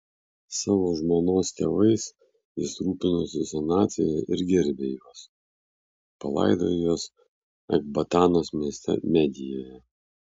savo žmonos tėvais jis rūpinosi senatvėje ir gerbė juos palaidojo juos ekbatanos mieste medijoje